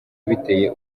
biteye